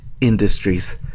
Industries